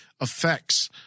effects